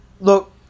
look